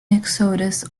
exodus